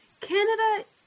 Canada